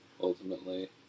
ultimately